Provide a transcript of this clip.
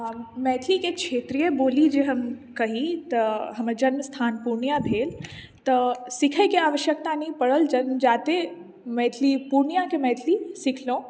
मैथिलीके छेत्रिए बोली जे हम कहि तऽ हमर जन्म स्थान पूर्णिया भेल तऽ सिखैकेँ आवश्यकता नहि पड़ल जन्मजाते मैथिली पूर्णियाके मैथिली सिखलहुँ